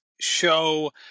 show